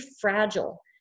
fragile